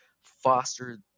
foster